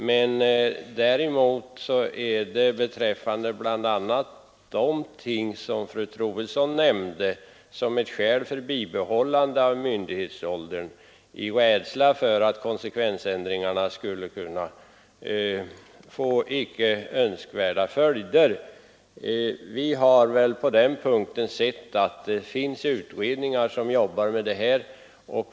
Men när det gäller de skäl för bibehållande av myndighetsåldern i rädsla för att konsekvensändringarna skulle kunna få icke önskvärda följder som fru Troedsson nämnde, har vi tagit fasta på att olika utredningar arbetar med dessa frågor.